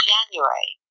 January